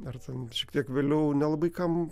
ar ten šiek tiek vėliau nelabai kam